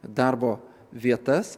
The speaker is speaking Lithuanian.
darbo vietas